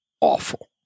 awful